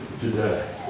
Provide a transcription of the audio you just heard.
today